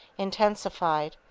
intensified,